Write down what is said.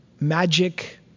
magic